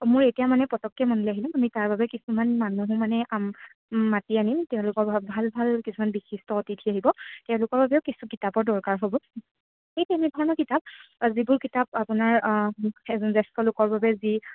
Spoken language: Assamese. মোৰ এতিয়া মানে পটককে মনলৈ আহিলে আমি তাৰ বাবে কিছুমান মানুহো মানে আম মাতি আনিম তেওঁলোকৰ ভাল ভাল কিছুমান বিশিষ্ট অতিথি আহিব তেওঁলোকৰ বাবেও কিছু কিতাপৰ দৰকাৰ হ'ব এই তেনেধৰণৰ কিতাপ যিবোৰ কিতাপ আপোনাৰ এজন জ্যেষ্ঠ লোকৰ বাবে যি